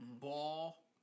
Ball